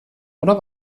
oder